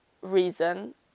reason